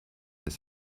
ist